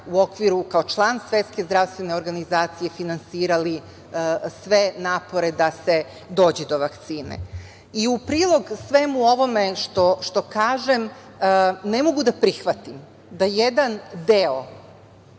u okviru, kao član Svetske zdravstvene organizacije finansirali sve napore da se dođe do vakcine.U prilog svemu ovome što kažem, ne mogu da prihvatim da jedan deo